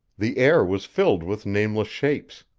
the air was filled with nameless shapes.